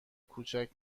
کوچک